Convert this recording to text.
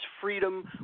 Freedom